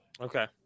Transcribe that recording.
Okay